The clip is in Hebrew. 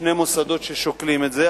שני מוסדות ששוקלים את זה,